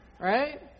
Right